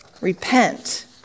Repent